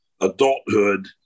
adulthood